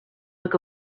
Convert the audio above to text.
look